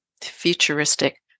futuristic